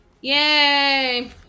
Yay